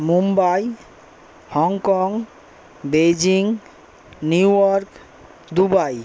Mumbai Hong Kong Beijing New York Dubai